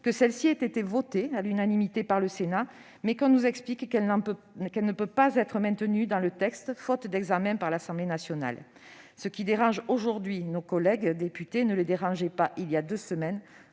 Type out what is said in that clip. vote celle-ci à l'unanimité, mais que l'on nous explique qu'elle ne peut être maintenue dans le texte, faute d'examen par l'Assemblée nationale ? Ce qui dérange aujourd'hui nos collègues députés ne les gênait pas il y a deux semaines